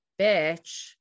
bitch